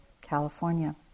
California